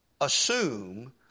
assume